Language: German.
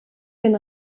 den